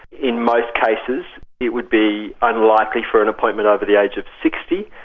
in most cases it would be unlikely for an appointment over the age of sixty.